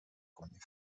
کنید